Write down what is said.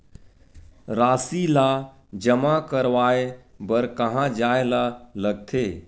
राशि ला जमा करवाय बर कहां जाए ला लगथे